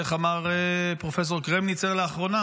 איך אמר פרופ' קרמניצר לאחרונה?